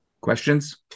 Questions